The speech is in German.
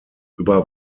über